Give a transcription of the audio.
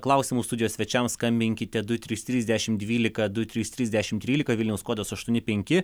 klausimų studijos svečiams skambinkite du trys trys dešim dvylika du trys trys dešim trylika vilniaus kodas aštuoni penki